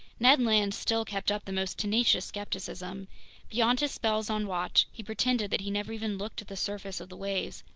ned land still kept up the most tenacious skepticism beyond his spells on watch, he pretended that he never even looked at the surface of the waves,